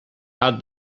had